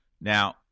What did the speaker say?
Now